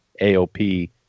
AOP